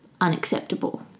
unacceptable